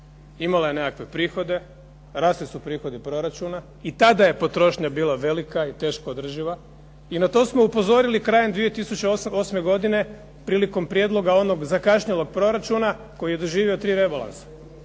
imala je nekakve prihode, rasli su prihodi proračuna, i tada je potrošnja bila velika i teško održiva, i na to smo upozorili krajem 2008. godine prilikom prijedloga onog zakašnjelog proračuna koji je doživio tri rebalansa.